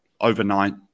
overnight